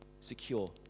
secure